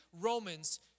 Romans